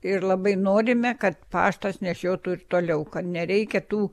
ir labai norime kad paštas nešiotų ir toliau kad nereikia tų